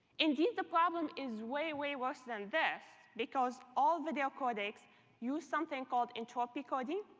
indeed, the problem is way, way worse than this, because all video codecs use something called entropy coding,